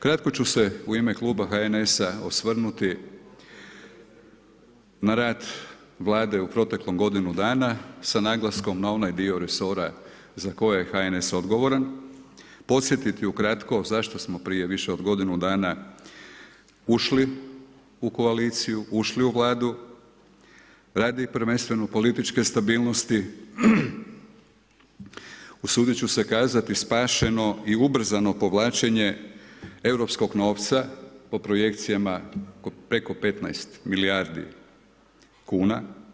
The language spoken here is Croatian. Kratko ću se u ime Kluba HNS-a osvrnuti na rad Vlade u proteklih godinu dana s naglaskom na onaj dio resora za koje je HNS odgovoran, podsjetiti ukratko zašto smo prije više od godinu dana ušli u koaliciju, ušli u Vladu, radi prvenstveno političke stabilnosti, usuditi ću se kazati spašeno i ubrzano povlačenje europskog novca po projekcijama preko 15 milijardi kuna.